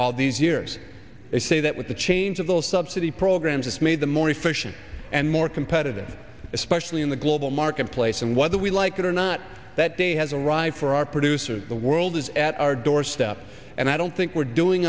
all these years they say that with the change of the subsidy programs it's made them more efficient and more competitive especially in the global marketplace and whether we like it or not that day has arrived for our producers the world is at our doorstep and i don't think we're doing